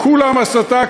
כולם הסתה,